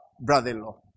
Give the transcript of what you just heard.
brother-in-law